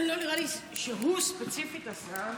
לא נראה לי שהוא ספציפית עשה.